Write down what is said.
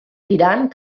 tirant